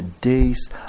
days